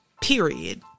Period